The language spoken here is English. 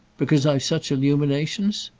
because i've such illuminations?